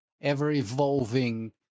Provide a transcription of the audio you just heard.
ever-evolving